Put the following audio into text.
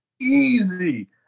Easy